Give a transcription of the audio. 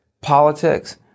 politics